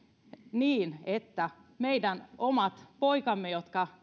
niin että meidän omat poikamme jotka